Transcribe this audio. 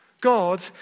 God